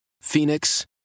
Phoenix